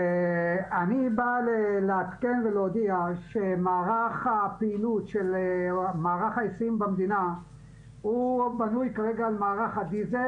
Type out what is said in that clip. אני בא לעדכן ולהודיע שמערך ההיסעים במדינה בנוי כרגע על מערך הדיזל